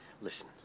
Listen